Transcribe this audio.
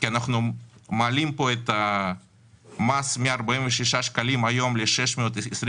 כי אנחנו מעלים את המס מ-46 שקלים היום ל-625